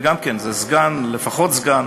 וגם כן, זה לפחות סגן